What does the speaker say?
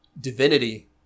Divinity